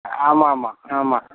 ஆமாம் ஆமாம் ஆமாம்